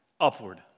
upward